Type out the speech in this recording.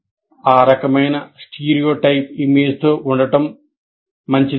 ఆ రకమైన stereotype ఇమేజ్తో ఉండడం మంచిది కాదు